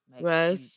right